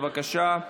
בבקשה,